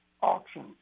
auction